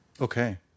Okay